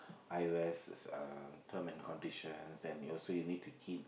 I_O_S uh term and conditions and also you need to heed